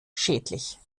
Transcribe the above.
schädlich